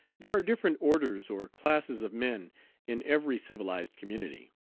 there are different orders or classes of men in every civilized community.